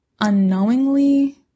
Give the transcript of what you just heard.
unknowingly